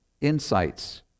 insights